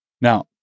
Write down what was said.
Now